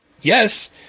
Yes